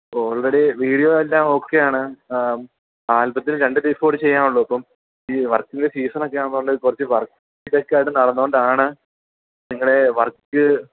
already video എല്ലാം ഒക്കെയാണ് ആൽബത്തിൽ നിന്ന് രണ്ടു ബേസ് ബോർഡ് ചെയ്യാനുളളൂ അപ്പം ഈ വർക്കിൻ്റെ സീസണൊക്കെ ആയതുകൊണ്ട് കുറച്ച് വർക്ക് ഇതൊക്കെ ആയി നടന്നത് കൊണ്ടാണ് നിങ്ങളുടെ വർക്ക്